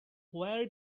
where